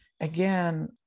Again